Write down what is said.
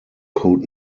code